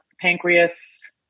pancreas